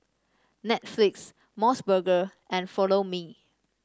Netflix MOS burger and Follow Me